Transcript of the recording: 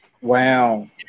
Wow